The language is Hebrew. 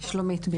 שלומית.